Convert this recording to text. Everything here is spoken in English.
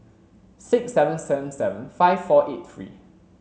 six seven seven seven five four eight three